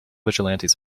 vigilantes